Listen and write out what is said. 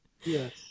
Yes